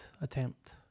attempt